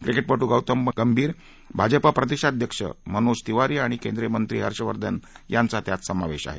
क्रिकेटपटू गौतम गंभीर भाजपा प्रदेशाध्यक्ष मनोज तिवारी आणि केंद्रीय मंत्री हर्षवर्धन यांचा त्यात समावेश आहे